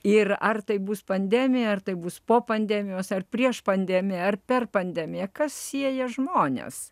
ir ar tai bus pandemija ar tai bus po pandemijos ar prieš pandemiją ar per pandemiją kas sieja žmones